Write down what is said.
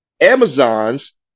Amazon's